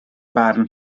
barn